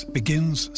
begins